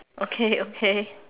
okay okay